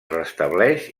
restableix